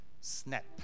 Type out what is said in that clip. snap